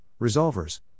resolvers